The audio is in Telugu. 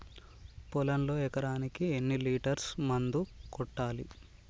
పొలంలో ఎకరాకి ఎన్ని లీటర్స్ మందు కొట్టాలి?